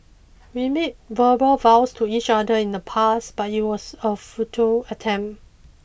we made verbal vows to each other in the past but it was a futile attempt